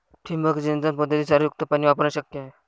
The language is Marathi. ठिबक सिंचन पद्धतीत क्षारयुक्त पाणी वापरणे शक्य आहे